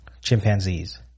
chimpanzees